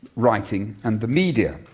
writing, and the media.